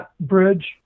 bridge